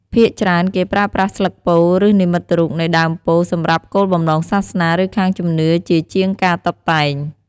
ភាគច្រើន គេប្រើប្រាស់ស្លឹកពោធិ៍ ឬនិមិត្តរូបនៃដើមពោធិ៍សម្រាប់គោលបំណងសាសនា ឬខាងជំនឿជាជាងការតុបតែង។